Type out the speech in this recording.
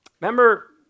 Remember